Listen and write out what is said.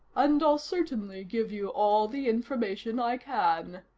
and i'll certainly give you all the information i can.